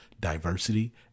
diversity